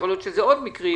יכול להיות שיהיו עוד מקרים,